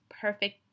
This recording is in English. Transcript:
perfect